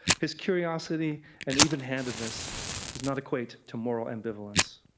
his curiousity and evenhandedness does not equate to moral ambivalence.